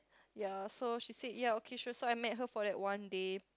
ya so she said ya okay sure so I met her for that one day